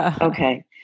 okay